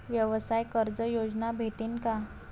व्यवसाय कर्ज योजना भेटेन का?